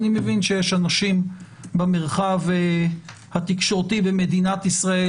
אני מבין שיש אנשים במרחב התקשורתי במדינת ישראל